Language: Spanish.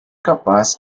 capaz